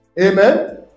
Amen